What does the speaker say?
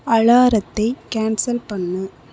அலாரத்தை கேன்சல் பண்ணு